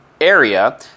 area